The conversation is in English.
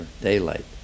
daylight